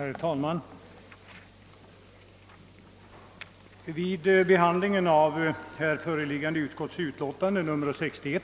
Herr talman! Vid behandlingen av det föreliggande utskottsutlåtandet nr 61